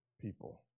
people